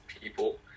people